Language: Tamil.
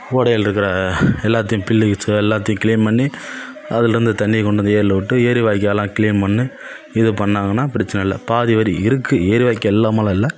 ஓடையில்யிருக்கற எல்லாத்தேயும் பில்லு எல்லாத்தேயும் கிளீன் பண்ணி அதுலேருந்து தண்ணியை கொண்டு வந்து ஏரியில் விட்டு ஏரி வாய்க்கால்லாம் கிளீன் பண்ணி இது பண்ணாங்கன்னால் பிரச்சனை இல்லை பாதி வரி இருக்குது ஏரி வாய்க்கால் இல்லாமலாம் இல்லை